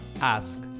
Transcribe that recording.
ask